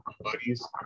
buddies